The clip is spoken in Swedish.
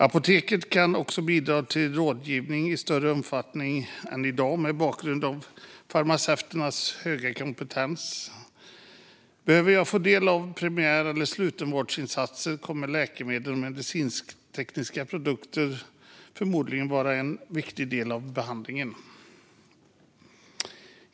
Apoteken kan också bidra med rådgivning i större omfattning än i dag mot bakgrund av farmaceuternas höga kompetens. Om jag behöver ta del av primär eller slutenvårdens insatser kommer läkemedel och medicintekniska produkter förmodligen att vara en viktig del i behandlingen.